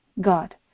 God